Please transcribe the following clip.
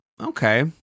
okay